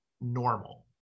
normal